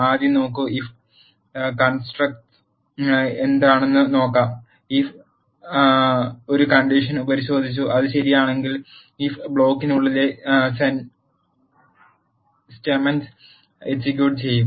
ആദ്യം നോക്കൂ if constructs എന്താണെന്നു നോക്കാം ഇഫ് ഒരു കണ്ടിഷൻ പരിശോദിച്ചു അത് ശരിയാണെങ്കിൽ ഇഫ് ബ്ലോക്കിനുള്ളിലെ സ്റ്റെമെന്റ്സ് എക്സിക്യൂട്ട് ചെയ്യും